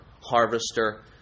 harvester